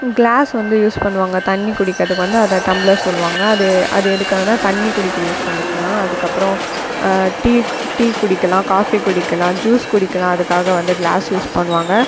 class வந்து use பண்ணுவாங்கள் தண்ணி குடிக்கிறதுக்கு வந்து அதை டம்ளர் சொல்லுவாங்கள் அது அது எதுக்காகன்னா தண்ணி குடிக்க யூஸ் பண்ணிக்கலாம் அதுக்கு அப்பறம் டீ குடிக்கலாம் காபி குடிக்கலாம் ஜூஸ் குடிக்கலாம் அதுக்காக வந்து க்ளாஸ் யூஸ் பண்ணுவாங்கள்